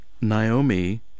Naomi